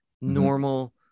normal